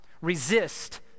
Resist